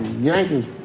Yankees